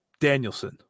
Danielson